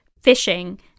fishing